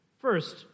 First